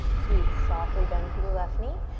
sweet. softly bend through the left knee,